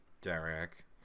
Derek